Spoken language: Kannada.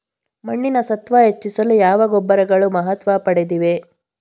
ಮಣ್ಣಿನ ಸತ್ವ ಹೆಚ್ಚಿಸಲು ಯಾವ ಗೊಬ್ಬರಗಳು ಮಹತ್ವ ಪಡೆದಿವೆ?